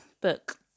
book